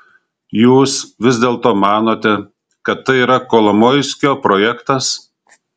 jūs vis dėlto manote kad tai yra kolomoiskio projektas